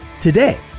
today